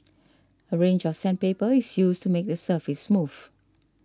a range of sandpaper is used to make the surface smooth